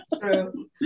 True